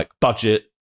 budget